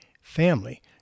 family